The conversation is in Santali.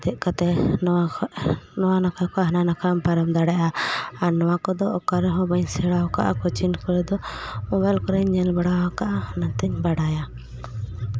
ᱫᱮᱜ ᱠᱟᱛᱮ ᱱᱚᱣᱟ ᱠᱷᱚᱡ ᱱᱚᱣᱟ ᱱᱟᱠᱷᱟ ᱠᱷᱚᱡ ᱦᱟᱱᱟ ᱱᱟᱠᱷᱟᱢ ᱯᱟᱨᱚᱢ ᱫᱟᱲᱮᱭᱟᱜᱼᱟ ᱟᱨ ᱱᱚᱣᱟ ᱠᱚᱫᱚ ᱚᱠᱟᱨᱮᱦᱚᱸ ᱵᱟᱹᱧ ᱥᱮᱬᱟᱣ ᱠᱟᱜᱼᱟ ᱠᱳᱪᱤᱝ ᱠᱚᱨᱮ ᱫᱚ ᱢᱚᱵᱟᱭᱤᱞ ᱠᱚᱨᱮᱜᱮᱧ ᱧᱮᱞ ᱵᱟᱲᱟᱣ ᱠᱟᱜᱼᱟ ᱚᱱᱟᱛᱮᱧ ᱵᱟᱰᱟᱭᱟ